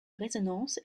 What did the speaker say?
résonances